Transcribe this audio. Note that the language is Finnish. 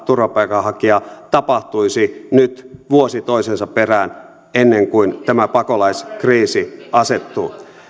turvapaikanhakijaa tapahtuisi nyt vuosi toisensa perään ennen kuin tämä pakolaiskriisi asettuu